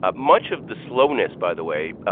ah much of the slowness, by the way,